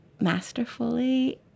masterfully